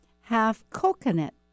half-coconut